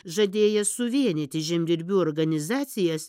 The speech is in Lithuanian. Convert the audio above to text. žadėjęs suvienyti žemdirbių organizacijas